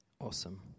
Awesome